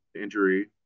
Injury